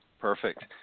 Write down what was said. Perfect